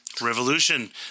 Revolution